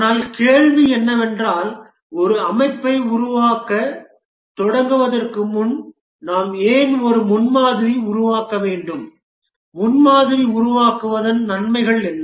ஆனால் கேள்வி என்னவென்றால் ஒரு அமைப்பை உருவாக்கத் தொடங்குவதற்கு முன் நாம் ஏன் ஒரு முன்மாதிரி உருவாக்க வேண்டும் முன்மாதிரியை உருவாக்குவதன் நன்மைகள் என்ன